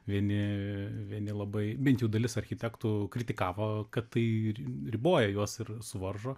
vieni vieni labai bent dalis architektų kritikavo kad tai riboja juos ir suvaržo